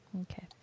Okay